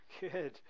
Good